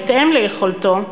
בהתאם ליכולתו,